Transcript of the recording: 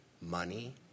money